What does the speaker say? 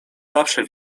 zawsze